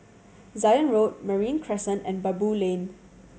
Zion Road Marine Crescent and Baboo Lane